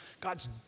God's